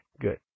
Good